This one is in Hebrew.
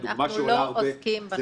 אנחנו לא עוסקים בנושאים האלה.